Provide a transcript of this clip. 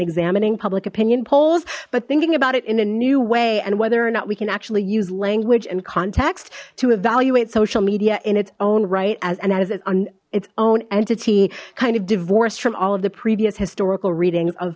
examining public opinion polls but thinking about it in a new way and whether or not we can actually use language and context to evaluate social media in its own right as and that is it on its own entity kind of divorced from all of the previous historical readings o